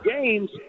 games